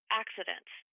accidents